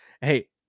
hey